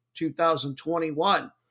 2021